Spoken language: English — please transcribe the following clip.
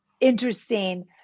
interesting